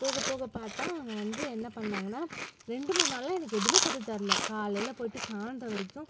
போக போக பார்த்தா அவங்க வந்து என்ன பண்ணாங்கன்னால் ரெண்டு மூணு நாளாக எனக்கு எதுவுமே கற்றுத் தரலை காலையில் போயிட்டு சாயந்தரம் வரைக்கும்